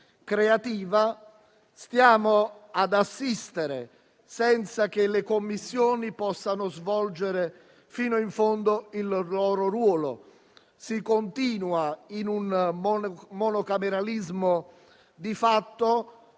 creativa. Stiamo ad assistere, senza che le Commissioni possano svolgere fino in fondo il loro ruolo. Si continua in un monocameralismo di fatto,